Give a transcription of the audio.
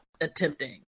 attempting